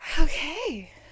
Okay